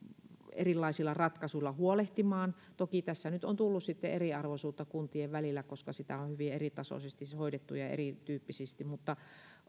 erilaisilla ratkaisuilla huolehtimaan toki tässä nyt on tullut sitten eriarvoisuutta kuntien välille koska sitä on hyvin eritasoisesti ja erityyppisesti hoidettu mutta